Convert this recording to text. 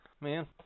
Man